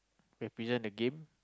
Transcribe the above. represent the game